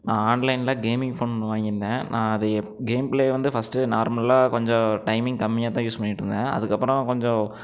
நான் ஆன்லைனில் gaming phone வாங்கியிருந்தேன் நான் அதை கேம் பிளே வந்து ஃபர்ஸ்ட்டு நார்மலாக கொஞ்சம் டைமிங் கம்மியாக தான் யூஸ் பண்ணிட்டிருந்தேன் அதுக்கப்புறம் கொஞ்சம்